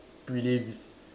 prelims